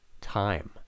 Time